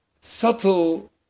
subtle